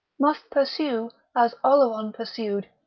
must pursue, as oleron pursued,